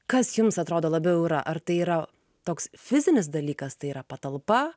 kas jums atrodo labiau yra ar tai yra toks fizinis dalykas tai yra patalpa